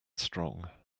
strong